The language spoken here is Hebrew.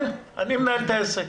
אני מנהל את העסק.